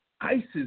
ISIS